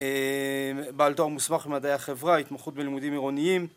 בעל תואר מוסמך למדעי החברה, התמחות בלימודים עירוניים.